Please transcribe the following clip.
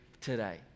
today